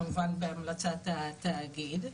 כמובן בהמלצת התאגיד,